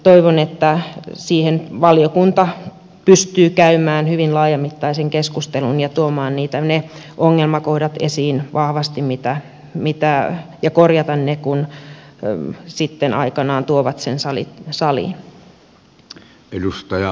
toivon että siitä valiokunta pystyy käymään hyvin laajamittaisen keskustelun ja tuomaan vahvasti esiin ja korjaamaan ne ongelmakohdat kun se sitten aikanaan tuodaan saliin